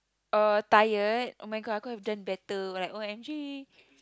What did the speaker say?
uh tired oh-my-god I could have done better oh like O_M_G